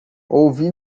ouvi